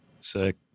Sick